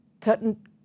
cutting